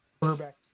quarterback